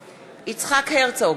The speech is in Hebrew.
נגד יצחק הרצוג,